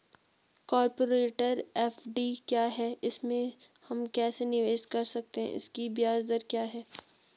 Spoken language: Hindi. कॉरपोरेट एफ.डी क्या है इसमें हम कैसे निवेश कर सकते हैं इसकी ब्याज दर क्या है?